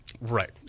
right